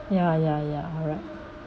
ya ya ya right